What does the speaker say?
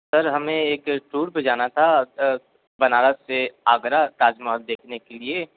sir हमें एक tour पे जाना था बनारस से आगरा ताजमहल देखने के लिए